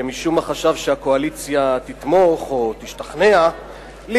שמשום מה חשב שהקואליציה תתמוך או תשתכנע,